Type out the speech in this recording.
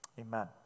amen